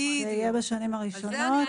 זה יהיה בשנים הראשונות.